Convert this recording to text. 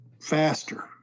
faster